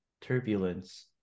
turbulence